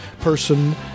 person